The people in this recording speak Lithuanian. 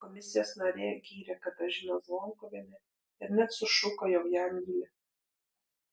komisijos narė gyrė katažiną zvonkuvienę ir net sušuko jog ją myli